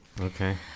Okay